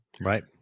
Right